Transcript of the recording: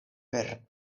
per